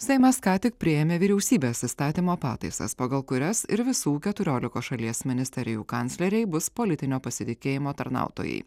seimas ką tik priėmė vyriausybės įstatymo pataisas pagal kurias ir visų keturiolikos šalies ministerijų kancleriai bus politinio pasitikėjimo tarnautojai